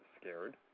scared